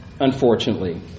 unfortunately